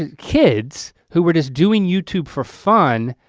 kids who were just doing youtube for fun.